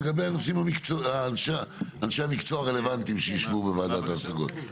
לגבי אנשי המקצוע הרלוונטיים שיישבו בוועדת ההשגות.